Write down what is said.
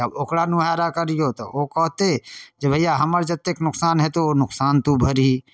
आब ओकरा नेहारा करिऔ तऽ ओ कहतै जे भइआ हमर जतेक नोकसान हेतौ ओ नोकसान तू भरही